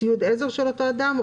ציוד עזר של אותו אדם,